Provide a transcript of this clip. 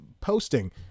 Posting